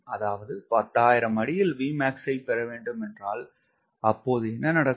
அதாவது 10000 அடியில் Vmaxஐ பெற வேண்டும் என்றால் அப்போது என்ன நடக்கும்